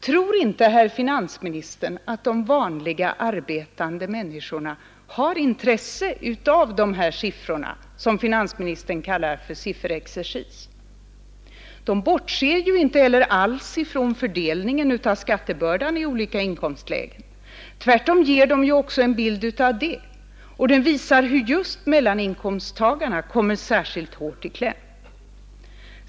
Tror inte herr finansministern att de vanliga arbetande människorna har intresse av detta som finansministern kallar för sifferexercis? Siffrorna bortser heller inte alls från fördelningen av skattebördan i olika inkomstlägen. Tvärtom ger de en bild av denna. De visar hur just mellaninkomsttagarna kommer särskilt hårt i kläm.